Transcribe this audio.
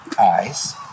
eyes